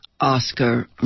Oscar